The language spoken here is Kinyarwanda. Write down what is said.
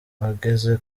ageze